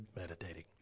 meditating